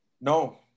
No